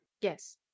Yes